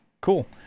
Cool